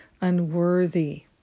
unworthy